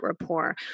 rapport